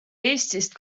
eestist